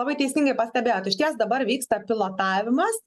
labai teisingai pastebėjot išties dabar vyksta pilotavimas